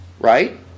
right